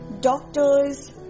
doctors